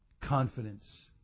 confidence